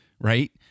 right